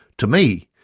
to me,